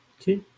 Okay